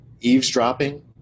eavesdropping